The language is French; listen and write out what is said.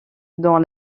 dans